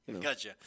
Gotcha